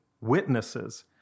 witnesses